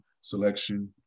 selection